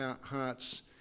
hearts